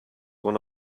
one